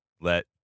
let